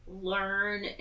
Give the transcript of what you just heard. learn